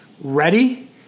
ready